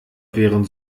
wären